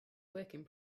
working